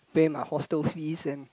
pay my hostel fee and